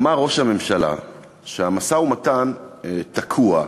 אמר ראש הממשלה שהמשא-ומתן תקוע,